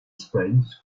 spread